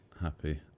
happy